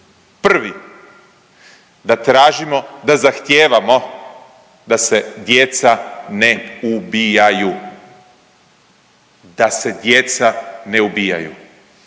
prvi da tražimo, da zahtijevamo da se djeca ne ubijaju. Da se djeca ne ubijaju.